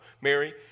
Mary